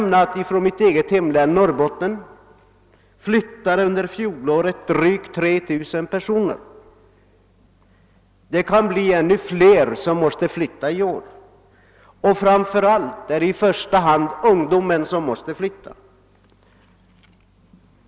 Enbart från mitt hemlän, Norrbotten, flyttade under fjolåret drygt 3 000 personer. Det kan bli ännu fler som måste flytta i år, och i första hand är det fråga om ungdomar.